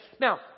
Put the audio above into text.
Now